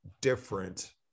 different